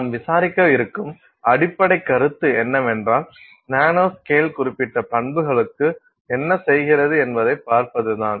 நாம் விசாரிக்க இருக்கும் அடிப்படைக்கருத்து என்னவென்றால் நானோ ஸ்கேல் குறிப்பிட்ட பண்புகளுக்கு என்ன செய்கிறது என்பதைப் பார்ப்பது தான்